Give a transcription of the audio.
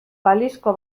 balizko